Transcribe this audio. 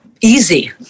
easy